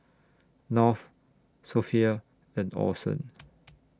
North Sophia and Orson